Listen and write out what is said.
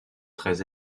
très